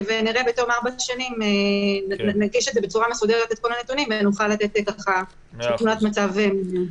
בתום ארבע שנים נגיש את כל הנתונים ונוכל לתת תמונת מצב מלאה.